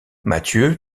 mathieu